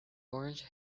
orange